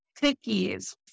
cookies